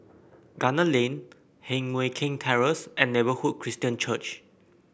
Gunner Lane Heng Mui Keng Terrace and Neighbourhood Christian Church